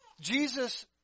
Jesus